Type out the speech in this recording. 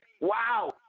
wow